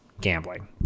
gambling